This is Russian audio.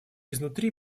изнутри